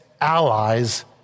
allies